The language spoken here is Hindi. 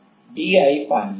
DI पानी के बाद